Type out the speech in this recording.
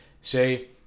say